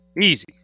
Easy